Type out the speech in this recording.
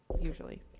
usually